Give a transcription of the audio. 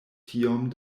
tiom